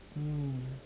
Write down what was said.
mm